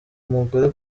umugore